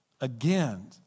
again